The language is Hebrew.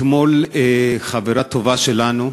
אתמול חברה טובה שלנו,